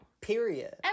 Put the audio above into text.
Period